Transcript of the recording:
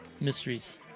mysteries